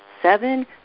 Seven